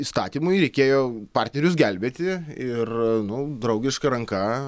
įstatymui reikėjo partnerius gelbėti ir nu draugiška ranka